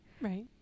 Right